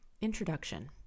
Introduction